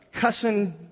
cussing